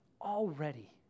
already